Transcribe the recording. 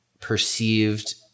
perceived